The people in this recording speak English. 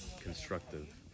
constructive